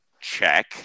check